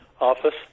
office